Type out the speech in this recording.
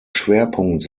schwerpunkt